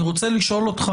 אני רוצה לשאול,